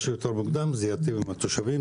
כמה שיותר מוקדם, זה יטיב עם התושבים.